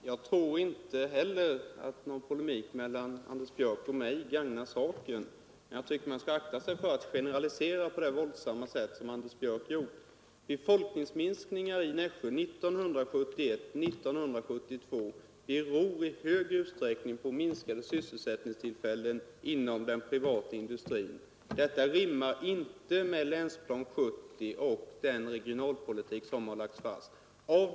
Herr talman! Jag tror inte heller att någon polemik mellan Anders Björck och mig gagnar saken, men jag tycker att man skall akta sig för att generalisera så våldsamt som Anders Björck gjorde. Befolkningsminskningen i Nässjö 1971—1972 berodde i stor utsträckning på minskade sysselsättningstillfällen inom den privata industrin. Detta rimmar dåligt med länsplan 70 och den regionalpolitik som lagts fast.